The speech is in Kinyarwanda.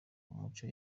umuco